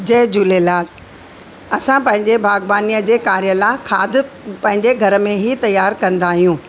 जय झूलेलाल असां पंहिंजे बागबानीअ जे कार्य लाइ खाद पंहिंजे घर में ई तयार कंदा आहियूं